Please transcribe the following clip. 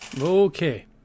Okay